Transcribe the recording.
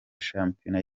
shampiyona